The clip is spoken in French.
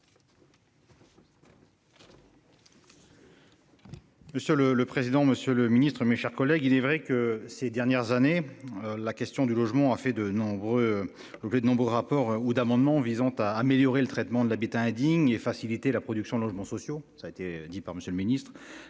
Monsieur le. Le président, Monsieur le Ministre, mes chers collègues. Il est vrai que ces dernières années. La question du logement a fait de nombreux. Que de nombreux rapports ou d'amendements visant à améliorer le traitement de l'habitat indigne et faciliter la production de logements sociaux, ça a été dit par monsieur le Ministre,